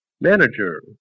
manager